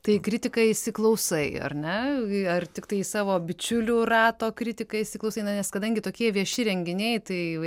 tai į kritiką įsiklausai ar ne ar tiktai į savo bičiulių rato kritiką įsiklausai na nes kadangi tokie vieši renginiai